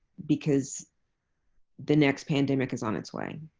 because the next pandemic is on its way.